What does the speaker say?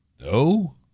No